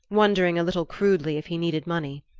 wondering a little crudely if he needed money.